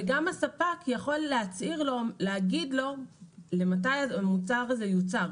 וגם הספק יכול להגיד לו מתי המוצר הזה יוצר.